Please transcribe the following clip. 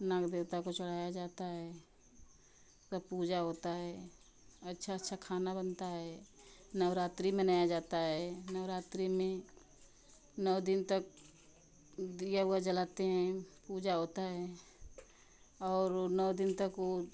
नाग देवता को चढ़ाया जाता है तब पूजा होता है अच्छा अच्छा खाना बनता है नवरात्री मनाया जाता है नवरात्री में नौ दिन तक दिया उआ जलाते हैं पूजा होता है और वो नौ दिन तक वो